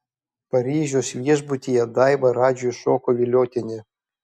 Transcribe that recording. paryžiaus viešbutyje daiva radžiui šoko viliotinį